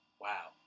wow